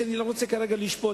שאני לא רוצה כרגע לשפוט,